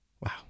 Wow